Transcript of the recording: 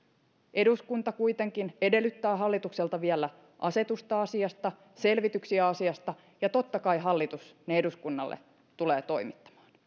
eduskunta kuitenkin edellyttää hallitukselta vielä asetusta asiasta selvityksiä asiasta ja totta kai hallitus ne eduskunnalle tulee toimittamaan